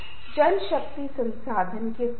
कई बार लोग करीब आते हैं या शादीशुदा हो जाते हैं